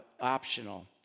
optional